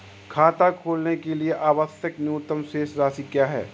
खाता खोलने के लिए आवश्यक न्यूनतम शेष राशि क्या है?